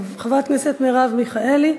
חברת הכנסת מרב מיכאלי.